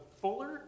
fuller